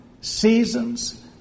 seasons